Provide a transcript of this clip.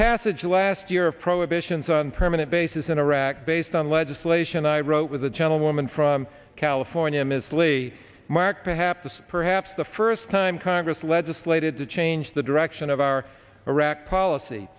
passage last year of prohibitions on permanent bases in iraq based on legislation i wrote with a gentlewoman from california miss lee mark perhaps perhaps the first time congress legislated to change the direction of our iraq policy